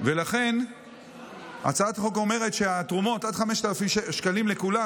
לכן הצעת החוק אומרת: תרומות עד 5,000 שקלים לכולם.